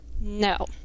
No